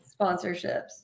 sponsorships